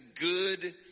good